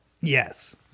Yes